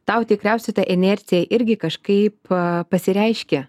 tau tikriausiai ta inercija irgi kažkaip pasireiškia